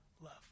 love